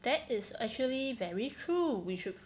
that is actually very true we should